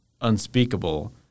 unspeakable